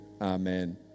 amen